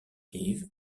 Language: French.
live